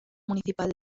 municipal